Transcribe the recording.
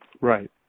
Right